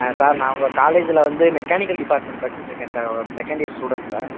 sir நான் உங்கள் காலேஜில் வந்து மெக்கானிக்கல் டிபார்ட்மென்ட் படிச்சுட்ருக்கேன் sir second year student sir